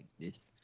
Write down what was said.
exist